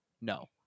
No